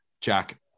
Jack